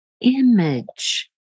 image